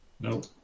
Nope